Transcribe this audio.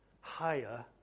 higher